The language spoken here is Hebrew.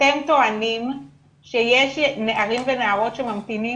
אתם טוענים שיש נערים ונערות שממתינים?